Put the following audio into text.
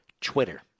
Twitter